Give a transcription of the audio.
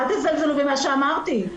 תזלזלו במה שאמרתי.